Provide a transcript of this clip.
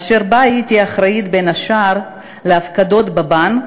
אשר בה הייתי אחראית, בין השאר, להפקדות בבנק,